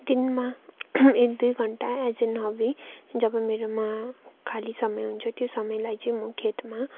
दिनमा एक दुई घण्टा एज एन हबी जब मेरोमा खाली समय हुन्छ त्यो समयलाई चाहिँ म खेतमा